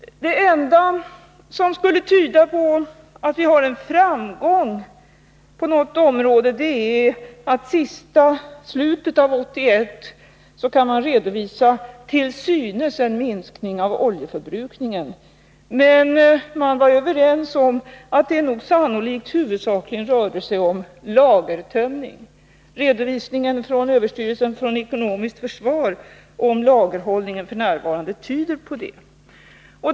Det enda som skulle tyda på att vi har en framgång på något område är att man kan redovisa en minskning av oljeförbrukningen i slutet av 1981. Men man är överens om att det sannolikt huvudsakligen rörde sig om en lagertömning. Redovisningen från överstyrelsen för ekonomiskt försvar om nuvarande lagerhållning tyder på det.